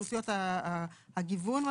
הגיוון,